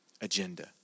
agenda